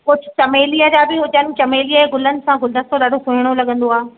कुझु चमेलीअ जा बि हुजनि चमेलीअ जो गुलनि सां गुलदस्तो ॾाढो सुहिणो लॻंदो आहे